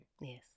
Yes